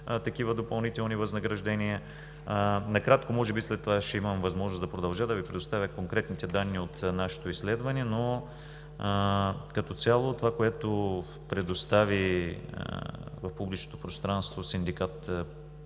такива допълнителни възнаграждения. Накратко, може би след това ще имам възможност да продължа и да Ви предоставя конкретните данни от нашето изследване. Но като цяло това, което предостави в публичното пространство Синдикат